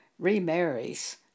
remarries